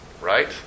Right